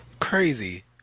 Crazy